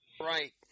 Right